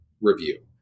review